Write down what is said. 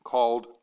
Called